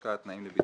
שזה מזכה.